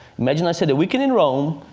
imagine i said, a weekend in rome,